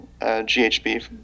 ghb